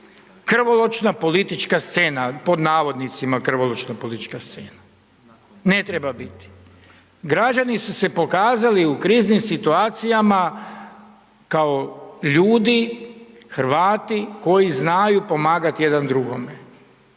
krvoločna politička scena, pod navodnicima, krvoločna politička scena. Ne treba biti. Građani su se pokazali u kriznim situacijama kao ljudi, Hrvati koji znaju pomagati jedan drugome,